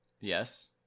Yes